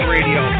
Radio